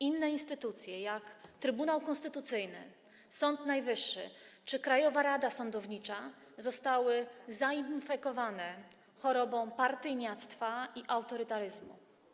Inne instytucje, jak Trybunał Konstytucyjny, Sąd Najwyższy czy Krajowa Rada Sądownictwa, zostały zainfekowane chorobą partyjniactwa i autorytaryzmu.